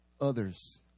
others